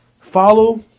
follow